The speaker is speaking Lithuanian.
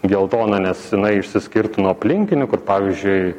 geltona nes jinai išsiskirtų nuo aplinkinių kur pavyzdžiui